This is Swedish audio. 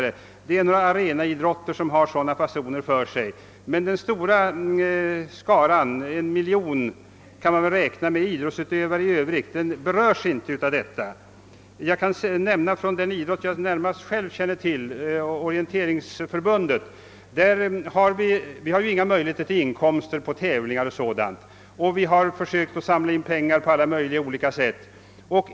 Det är bara några få arenaidrotter som rör sig med sådana belopp. Den stora skaran idrottsutövare — som kan uppskattas till en miljon — är inte berörd av de pengarna. Jag kan nämna att den idrott som jag bäst känner till, orienteringen, inte har några inkomster alls från tävlingar med betalande publik. Vi har därför försökt samla in pengar på olika sätt.